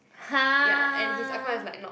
!huh!